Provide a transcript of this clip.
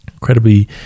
Incredibly